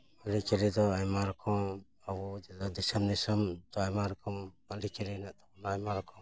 ᱟᱹᱨᱤ ᱪᱟᱹᱞᱤ ᱫᱚ ᱟᱭᱢᱟ ᱨᱚᱠᱚᱢ ᱟᱵᱚ ᱫᱤᱥᱚᱢ ᱫᱤᱥᱚᱢ ᱛᱚ ᱟᱭᱢᱟ ᱨᱚᱠᱚᱢ ᱟᱹᱨᱤ ᱞᱟᱹᱞᱤ ᱦᱮᱱᱟᱜ ᱛᱟᱵᱚᱱᱟ ᱟᱭᱢᱟ ᱨᱚᱠᱚᱢ